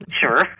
Sure